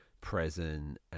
present